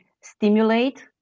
stimulate